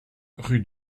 rue